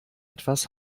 etwas